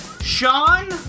Sean